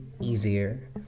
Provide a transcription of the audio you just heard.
easier